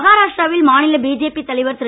மஹாராஷ்டிரா வில் மாநில பிஜேபி தலைவர் திரு